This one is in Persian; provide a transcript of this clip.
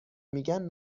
میگن